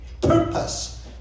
purpose